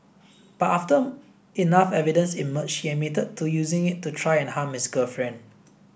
but after enough evidence emerged he admitted to using it to try and harm his girlfriend